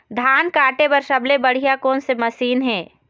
धान काटे बर सबले बढ़िया कोन से मशीन हे?